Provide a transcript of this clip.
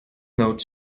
note